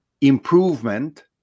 improvement